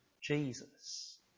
Jesus